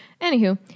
Anywho